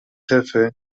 jefe